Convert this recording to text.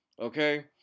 Okay